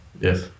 Yes